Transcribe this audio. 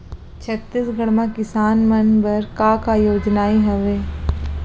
छत्तीसगढ़ म किसान मन बर का का योजनाएं हवय?